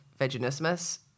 vaginismus